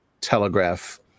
telegraph